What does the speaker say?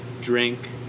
Drink